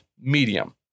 medium